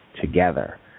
together